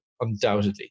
undoubtedly